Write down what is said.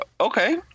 Okay